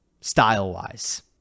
style-wise